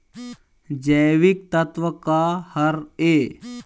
जैविकतत्व का हर ए?